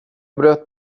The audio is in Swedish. bröt